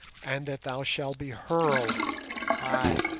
and that thou shalt be hurled ay,